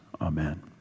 amen